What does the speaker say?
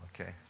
Okay